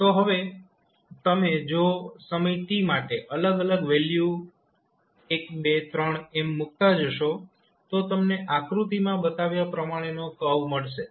તો હવે તમે જો સમય t માટે અલગ અલગ વેલ્યુ 1 2 3 મુકતા જશો તો તમને આકૃતિમાં બતાવ્યા પ્રમાણેનો કર્વ મળશે